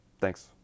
Thanks